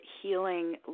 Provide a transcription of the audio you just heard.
healing